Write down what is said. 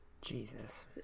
Jesus